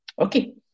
Okay